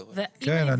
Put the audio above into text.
כן,